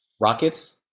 Rockets